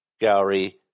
Gallery